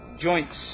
joints